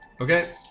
Okay